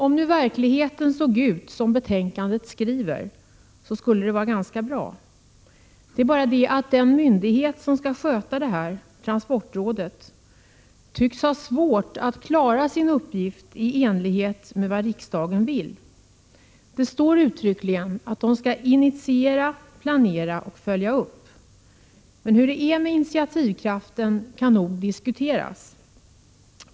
Om nu verkligheten såg ut som det skrivs i betänkandet skulle det vara ganska bra. Det är bara det att den myndighet som skall sköta ärendet, transportrådet, tycks ha svårt att klara sin uppgift i enlighet med riksdagens önskemål. Det står uttryckligen att transportrådet skall initiera, planera och följa upp. Hur det är med initiativkraften kan nog diskuteras.